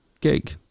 gig